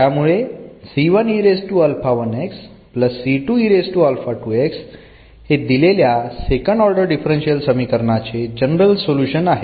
त्यामुळे हे दिलेल्या सेकंड ऑर्डर डिफरन्शियल समीकरणाचे जनरल सोल्युशन आहे